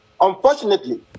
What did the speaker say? unfortunately